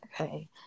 Okay